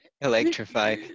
electrify